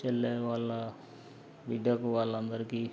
చెల్లి వాళ్ళ బిడ్డకు వాళ్లందరికీ